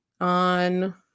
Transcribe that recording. on